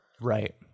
Right